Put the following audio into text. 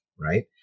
Right